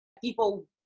People